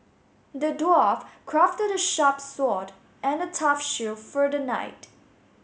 the dwarf crafted a sharp sword and a tough shield for the knight